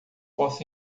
posso